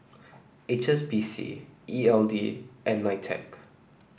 H S B C E L D and Nitec